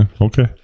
Okay